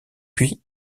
puis